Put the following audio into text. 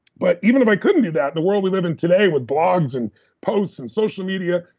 but even if i couldn't do that, the world we live in today with blogs and posts and social media,